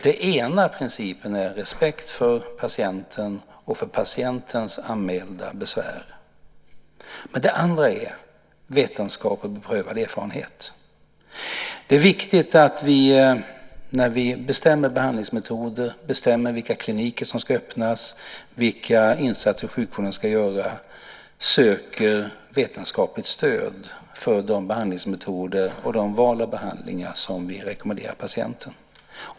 Den ena principen är respekt för patienten och för patientens anmälda besvär. Den andra är vetenskap och beprövad erfarenhet. När vi bestämmer behandlingsmetoder, vilka kliniker som ska öppnas och vilka insatser sjukvården ska göra är det viktigt att vi söker vetenskapligt stöd för de behandlingsmetoder och de val av behandlingar som vi rekommenderar patienten.